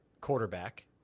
quarterback